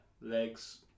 legs